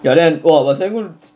ya then !wah! but serangoon